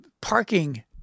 parking